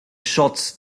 shots